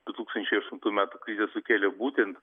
du tūkstančiai aštuntų metų krizę sukėlė būtent